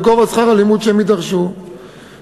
בגובה שכר הלימוד שהם יידרשו לשלם,